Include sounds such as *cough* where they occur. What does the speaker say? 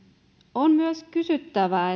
on myös kysyttävä *unintelligible*